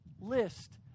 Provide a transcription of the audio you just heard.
list